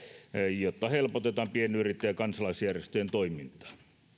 jotta helpotetaan pienyrittäjien ja kansalaisjärjestöjen toimintaa